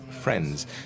friends